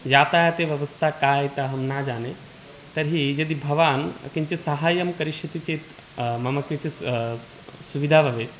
यातायातव्यवस्था का इति अहं न जाने तर्हि यदि भवान् किञ्चित् साहाय्यं करिष्यति चेत् मम कृते स् स् स् सुविधा भवेत्